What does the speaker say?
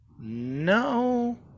No